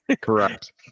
Correct